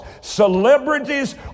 Celebrities